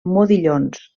modillons